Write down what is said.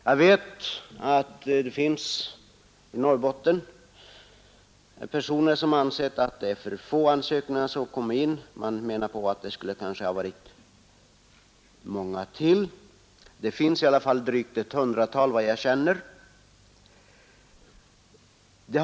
Jag vet att det i Norrbotten finns personer som ansett att det är för få ansökningar som har kommit in. Man menar att det kanske skulle ha varit många fler. Det finns i alla fall ett drygt hundratal såvitt jag känner till.